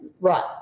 right